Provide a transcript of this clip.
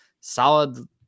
solid